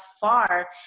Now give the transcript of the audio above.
far